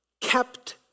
kept